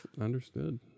Understood